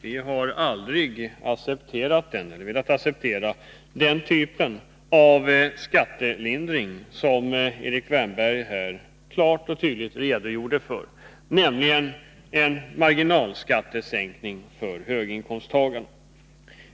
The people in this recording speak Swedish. Vi har aldrig accepterat den eller velat acceptera den typ av skattelindring som Erik Wärnberg klart och tydligt redogjorde för, nämligen en marginalskattesänkning för höginkomsttagarna.